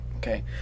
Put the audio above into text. Okay